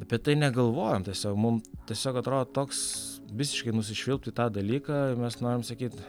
apie tai negalvojam tiesiog mum tiesiog atrodo toks visiškai nusišvilpt į tą dalyką ir mes norim sakyt